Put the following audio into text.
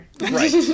Right